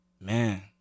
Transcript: Man